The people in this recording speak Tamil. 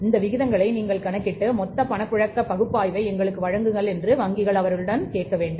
இந்த விகிதங்களை நீங்கள் கணக்கிட்டு மொத்த பணப்புழக்க பகுப்பாய்வை எங்களுக்கு வழங்குங்கள் என்று வங்கிகள் அவர்களிடம் கேட்க வேண்டும்